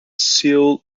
seal